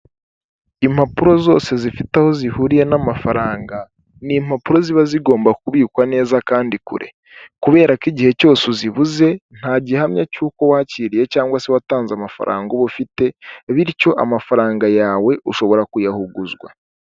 Impapuro zose zifite aho zihuriye n'amafaranga, ni impapuro ziba zigomba kubikwa neza kandi kure kubera ko igihe cyose uzibuze nta gihamya cy'uko wakiriye cyangwa se watanze amafaranga uba ufite, bityo amafaranga yawe ushobora kuyahuguzwa.